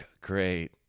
great